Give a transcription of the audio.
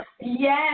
Yes